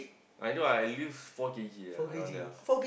I know I lose four K_G ah around that ah